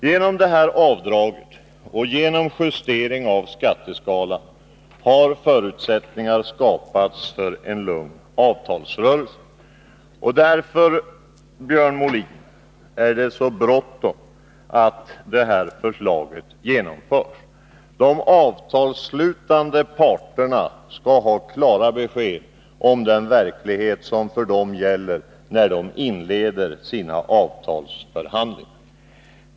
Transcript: Genom detta nya avdrag och en justering av skatteskalan har förutsättningar skapats för en lugn avtalsrörelse. Därför, Björn Molin, är det så bråttom att genomföra förslaget. De avtalsslutande parterna skall ha klara besked om den verklighet som gäller för dem, när de inleder sina avtalsförhandlingar.